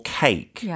cake